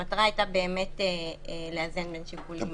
המטרה הייתה לאזן בין שיקולים